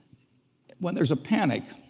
when there's a panic,